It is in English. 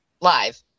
live